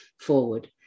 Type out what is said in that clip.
forward